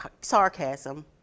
sarcasm